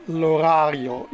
l'orario